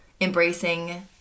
embracing